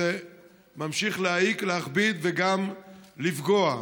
זה ממשיך להעיק, להכביד וגם לפגוע.